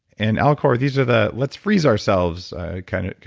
and alcor, these are the let's freeze ourselves kind of